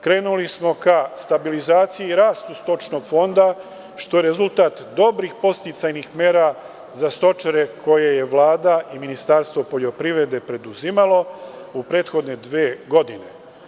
Krenuli smo ka stabilizaciji i rastu stočnog fonda, što je rezultat dobrih podsticajnih mera za stočare koje je Vlada i Ministarstvo poljoprivrede preduzimalo u prethodne dve godine.